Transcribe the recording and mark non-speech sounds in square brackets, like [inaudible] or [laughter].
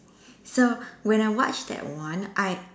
[breath] so when I watch that one I